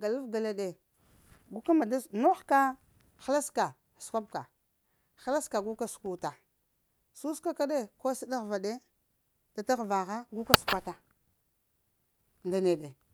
galəf gala ɗe guka ma da sk nogh ka hələs ka səkwab ka həleska gu ka səkwuta. Səsukwa re ko səɗaghva ɗe da t'ghvaha gu ka səkwata nda neɗe